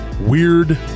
weird